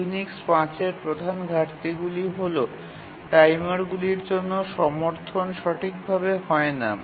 Unix ৫ এর প্রধান ঘাটতি গুলি হল টাইমারগুলির জন্য সমর্থন সঠিক ভাবে হয় না